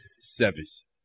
service